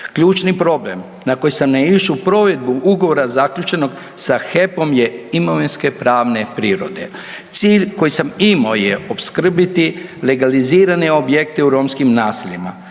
Ključni problem na koji sam naišao u provedbi ugovora zaključenog sa HEP-om je imovinske pravne prirode. Cilj koji imao je opskrbiti legalizirane objekte u romskim naseljima,